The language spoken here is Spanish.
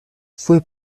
fue